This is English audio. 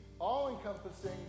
all-encompassing